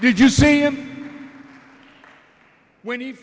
did you see him when he